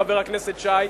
חבר הכנסת שי,